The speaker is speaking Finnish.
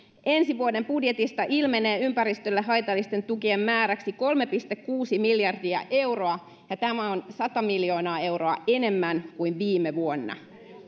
ensi vuoden budjetista ilmenee ympäristölle haitallisten tukien määräksi kolme pilkku kuusi miljardia euroa tämä on sata miljoonaa euroa enemmän kuin viime vuonna